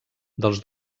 dels